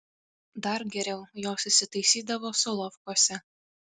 dar geriau jos įsitaisydavo solovkuose